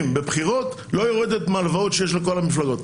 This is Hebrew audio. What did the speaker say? מבחירות לא יורדת מההלוואות שיש לכל המפלגות.